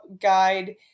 guide